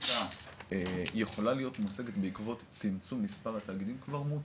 שהייתה יכולה להיות מושגת בעקבות צמצום מספר התאגידים כבר מוצתה,